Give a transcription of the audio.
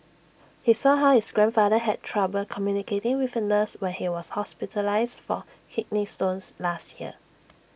he saw how his grandfather had trouble communicating with A nurse when he was hospitalised for kidney stones last year